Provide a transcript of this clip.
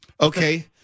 Okay